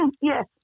Yes